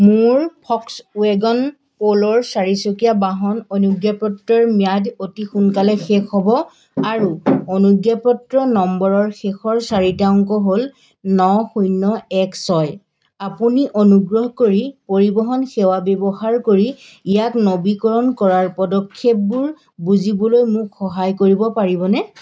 মোৰ ফক্সৱেগন প'ল'ৰ চাৰিচকীয়া বাহন অনুজ্ঞাপত্ৰৰ ম্যাদ অতি সোনকালে শেষ হ'ব আৰু অনুজ্ঞাপত্ৰ নম্বৰৰ শেষৰ চাৰিটা অংক হ'ল ন শূন্য এক ছয় আপুনি অনুগ্ৰহ কৰি পৰিৱহণ সেৱা ব্যৱহাৰ কৰি ইয়াক নৱীকৰণ কৰাৰ পদক্ষেপবোৰ বুজিবলৈ মোক সহায় কৰিব পাৰিবনে